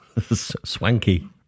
Swanky